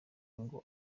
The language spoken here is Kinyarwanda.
ngo